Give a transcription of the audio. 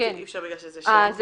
בכל